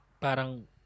parang